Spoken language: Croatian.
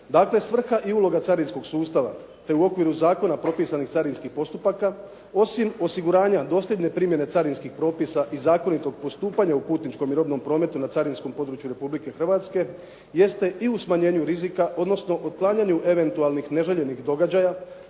Dakle, svrha i uloga carinskog sustava, te u okviru zakona propisanih carinskih postupaka, osim osiguranja dosljedne primjene carinskih propisa i zakonitog postupanja u putničkom i robnom prometu na carinskom području Republike Hrvatske jeste i u smanjenju rizika odnosno otklanjanju eventualnih neželjenih događaja